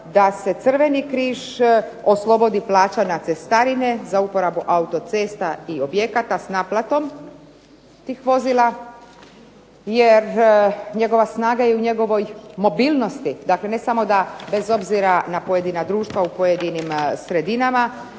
da se Crveni križ oslobodi plaćanja cestarine za uporabu autocesta i objekata s naplatom tih vozila, jer njegova snaga je u njegovoj mobilnosti, dakle ne samo da bez obzira na pojedina društva u pojedinim sredinama,